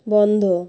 বন্ধ